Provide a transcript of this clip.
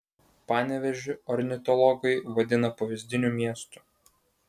panevėžį ornitologai vadina pavyzdiniu miestu